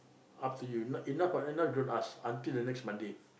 up to you no~ you enough not don't ask until the next Monday